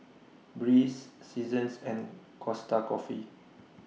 Breeze Seasons and Costa Coffee